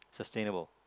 sustainable